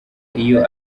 iyo